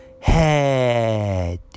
head